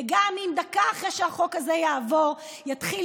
וגם אם דקה אחרי שהחוק הזה יעבור יתחיל